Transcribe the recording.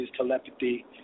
telepathy